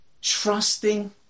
Trusting